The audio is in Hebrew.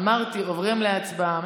תגידי, אמרתי, עוברים להצבעה.